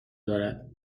دارد